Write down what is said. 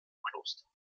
kloster